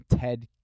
Ted